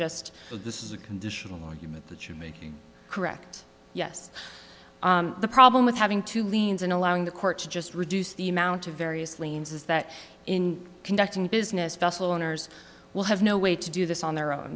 just this is a conditional argument that you're making correct yes the problem with having two liens and allowing the court to just reduce the amount to various liens is that in conducting business vessel owners will have no way to do this on their own